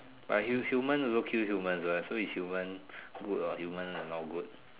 like hu~ human also kill humans what so is human good or human not good